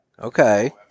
Okay